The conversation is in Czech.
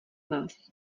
nás